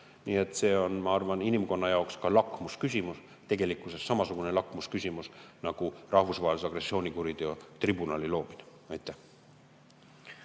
Nii et see on, ma arvan, inimkonna jaoks ka lakmusküsimus, tegelikkuses samasugune lakmusküsimus nagu rahvusvahelise agressioonikuriteo tribunali loomine. Peeter